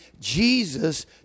Jesus